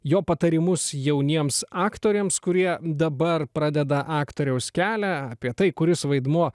jo patarimus jauniems aktoriams kurie dabar pradeda aktoriaus kelią apie tai kuris vaidmuo